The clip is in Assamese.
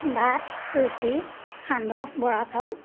ভাত ৰুটি সান্দহ বৰা চাউল